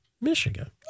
michigan